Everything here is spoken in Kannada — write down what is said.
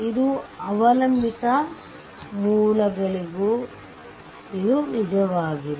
ಇದು ಅವಲಂಬಿತ ಮೂಲಗಳಿಗೂ ಇದು ನಿಜವಾಗಿದೆ